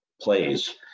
plays